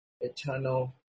eternal